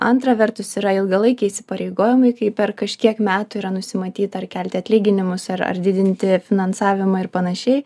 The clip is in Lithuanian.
antra vertus yra ilgalaikiai įsipareigojimai kai per kažkiek metų yra nusimatyta ar kelti atlyginimus ar ar didinti finansavimą ir panašiai